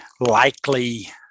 likely